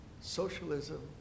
socialism